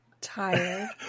Tired